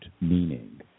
meaning